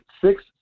six